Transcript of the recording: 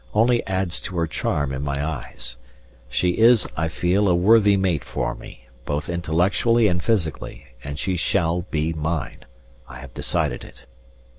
only adds to her charm in my eyes she is, i feel, a worthy mate for me, both intellectually and physically, and she shall be mine i have decided it.